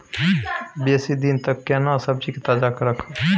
बेसी दिन तक केना सब्जी के ताजा रखब?